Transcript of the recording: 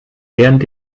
während